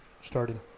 starting